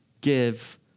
give